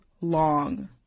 long